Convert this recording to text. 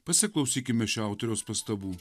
pasiklausykime šio autoriaus pastabų